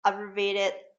abbreviated